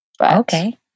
Okay